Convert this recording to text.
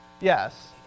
yes